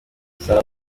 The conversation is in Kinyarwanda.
saa